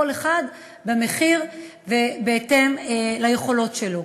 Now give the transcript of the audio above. כל אחד במחיר ובהתאם ליכולות שלו.